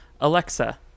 Alexa